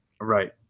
Right